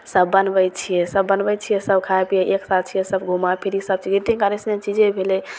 सभ बनबै छिए सभ बनबै छिए सभ खाइ पिए एकसाथ छिए सब घुमै फिरै सबचीज ग्रीटिन्ग्स कार्ड अइसन चीजे भेलै